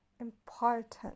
important